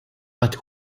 but